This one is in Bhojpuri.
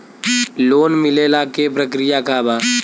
लोन मिलेला के प्रक्रिया का बा?